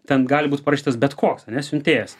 ten gali būt paruoštas bet koks ane siuntėjas